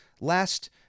last